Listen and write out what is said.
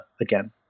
again